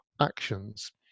actions